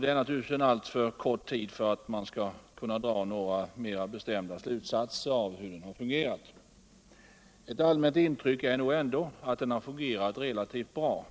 Det är naturligtvis en alltför kort tid för att man skall kunna dra några mera bestämda slutsatser av hur den har fungerat. Ett allmänt intryck är nog ändå att den har fungerat relativt bra.